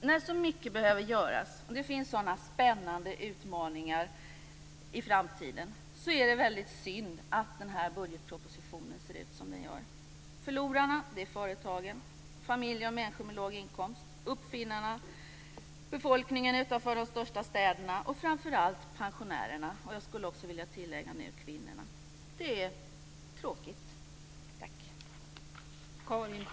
När så mycket behöver göras och det finns sådana spännande utmaningar i framtiden är det väldigt synd att den här budgetpropositionen ser ut som den gör. Förlorarna är företagen, familjer och människor med låg inkomst, uppfinnarna, befolkningen utanför de största städerna och framför allt pensionärerna - och jag skulle också vilja tillägga kvinnorna. Det är tråkigt!